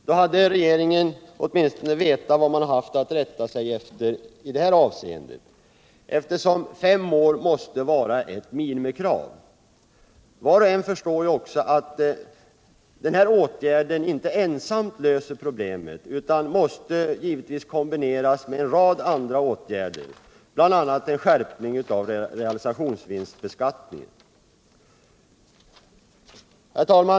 Då hade regeringen åtminstone känt till vad man haft att rätta sig efter i detta avseende, eftersom fem år måste vara ett minimikrav. Var och en förstår ju också att denna åtgärd inte ensam löser problemet, utan den måste kombineras med en rad andra åtgärder, bl.a. en skärpning av realisationsvinstbeskattningen.